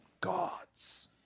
gods